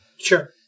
Sure